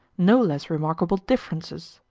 no less remarkable differences.